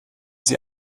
sie